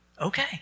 Okay